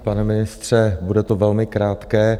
Pane ministře, bude to velmi krátké.